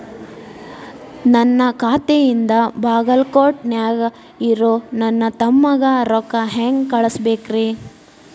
ನನ್ನ ಖಾತೆಯಿಂದ ಬಾಗಲ್ಕೋಟ್ ನ್ಯಾಗ್ ಇರೋ ನನ್ನ ತಮ್ಮಗ ರೊಕ್ಕ ಹೆಂಗ್ ಕಳಸಬೇಕ್ರಿ?